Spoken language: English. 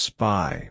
Spy